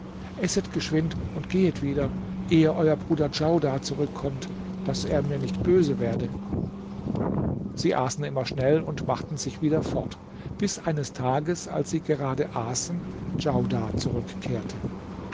esset geschwind und gehet wieder ehe euer bruder djaudar zurückkommt daß er mir nicht böse werde sie aßen immer schnell und machten sich wieder fort bis eines tages als sie gerade aßen djaudar zurückkehrte